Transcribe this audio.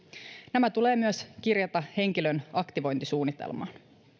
nämä tulee myös kirjata henkilön aktivointisuunnitelmaan